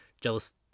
jealous